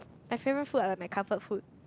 my favourite food are like my comfort food